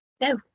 no